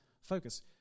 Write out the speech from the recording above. focus